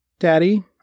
Daddy